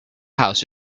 house